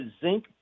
zinc